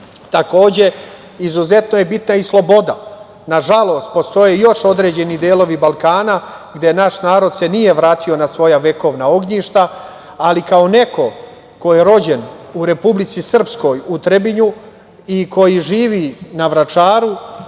građana. Takođe, izuzetno je bitna i sloboda. Nažalost, postoje još određeni delovi Balkana gde se naš narod nije vratio na svoja vekovna ognjišta, ali kao neko ko je rođen u Republici Srpskoj, u Trebinju i koji živi na Vračaru